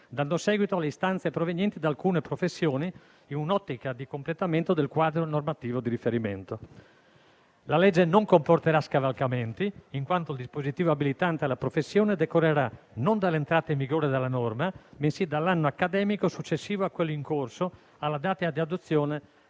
dando seguito alle istanze provenienti da alcune professioni in un'ottica di completamento del quadro normativo di riferimento. La legge non comporterà scavalcamenti, in quanto il dispositivo abilitante alla professione decorrerà non dall'entrata in vigore della norma, bensì dall'anno accademico successivo a quello in corso alla data di adozione